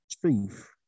truth